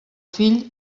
fill